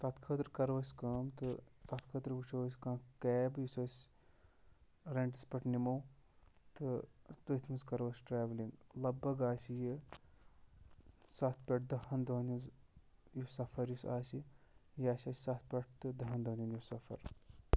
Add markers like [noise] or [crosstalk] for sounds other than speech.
تَتھ خٲطرٕ کَرو أسۍ کٲم تہٕ تَتھ خٲطرٕ وٕچھو أسۍ کانٛہہ کیب یُس أسۍ رٮ۪نٛٹَس پٮ۪ٹھ نِمو تہٕ تٔتھۍ منٛز کَرو أسۍ ٹرٛیولِنٛگ لَگ بَگ آسہِ یہِ سَتھ پٮ۪ٹھ دَہَن دۄہن ہٕنٛز یہِ سفر یُس آسہِ یہِ آسہِ اَسہِ سَتھ پٮ۪ٹھ تہٕ دَہَن دۄہَن [unintelligible] یہِ سفر